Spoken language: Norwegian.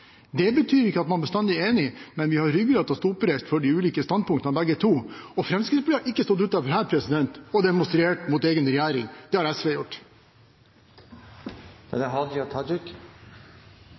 Det betyr ikke at man bestandig er enig, men vi har ryggrad til å stå oppreist for de ulike standpunktene begge to. Og Fremskrittspartiet har ikke stått utenfor her og demonstrert mot egen regjering. Det har SV gjort.